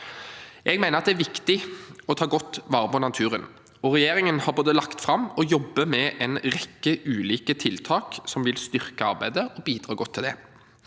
Jeg mener det er viktig å ta godt vare på naturen, og regjeringen har både lagt fram og jobber med en rekke ulike tiltak som vil styrke arbeidet og bidra godt til det.